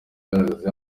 agaragaza